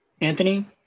Anthony